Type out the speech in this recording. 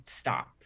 stop